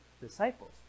disciples